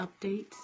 updates